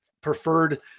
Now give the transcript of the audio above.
preferred